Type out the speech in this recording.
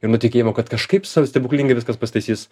ir nuo tikėjimo kad kažkaip sa stebuklingai viskas pasitaisys